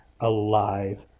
alive